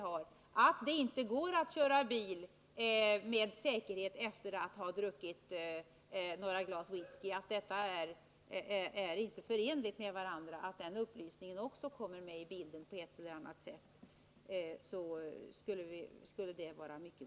Man behöver tala om t.ex. att det inte går att köra bil med säkerhet efter att ha druckit några glas whisky. Den upplysningen måste också komma in i bilden på ett eller annat sätt. Därmed skulle mycket vara vunnet.